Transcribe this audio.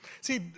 See